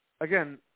again